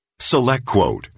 SelectQuote